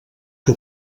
que